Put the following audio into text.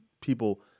people